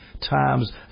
times